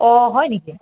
অ হয় নেকি